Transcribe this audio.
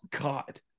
God